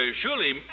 surely